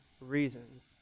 reasons